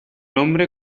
hombre